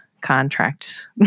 contract